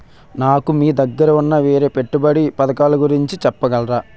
నాకు మీ దగ్గర ఉన్న వేరే పెట్టుబడి పథకాలుగురించి చెప్పగలరా?